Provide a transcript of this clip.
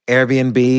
Airbnb